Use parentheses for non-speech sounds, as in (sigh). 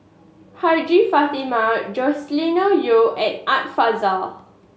Hajjah Fatimah Joscelin (unintelligible) Yeo and Art Fazil